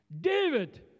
David